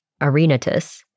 arenatus